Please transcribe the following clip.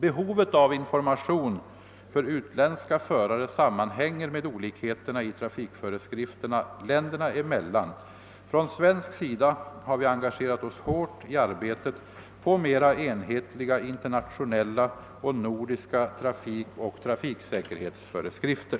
Behovet av information för utländska förare sammanhänger med olikheterna i trafikföreskrifterna länderna emellan. Från svenskt håll har vi engagerat oss hårt i arbetet på mera enhetliga internationella och nordiska trafikoch trafiksäkerhetsföreskrifter.